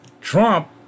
Trump